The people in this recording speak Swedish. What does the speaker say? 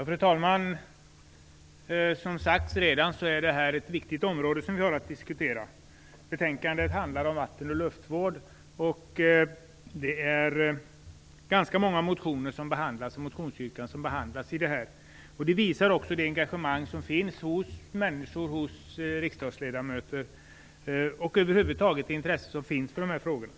Fru talman! Som redan sagts är det ett viktigt område som vi har att diskutera. Betänkandet handlar om vatten och luftvård, och ganska många motioner och motionsyrkanden behandlas. Det visar också det engagemang som finns hos människor i allmänhet och hos riksdagsledamöter. Över huvud taget är intresset stort för de här frågorna.